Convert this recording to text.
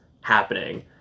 happening